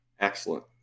excellent